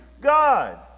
God